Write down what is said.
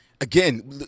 Again